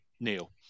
Neil